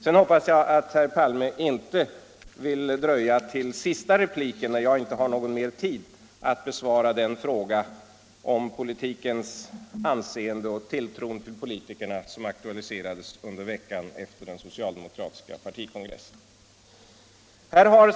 Sedan hoppas jag att herr Palme inte vill dröja till sista repliken, då jag inte har mera tid till förfogande, med att besvara den fråga om politikens anseende och tilltron till politikerna som aktualiserades under veckan efter den socialdemokratiska partikongressen.